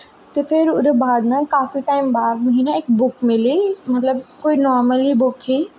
ते फिर ओह्दे बाद ना काफी टाईम बाद ना मिगी इक बुक मिली मतलब कोई नाम आह्ली बुक ही